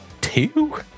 two